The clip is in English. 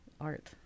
art